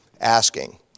asking